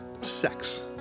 Sex